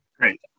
Great